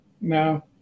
no